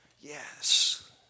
Yes